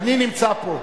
אני נמצא פה.